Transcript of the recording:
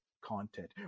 content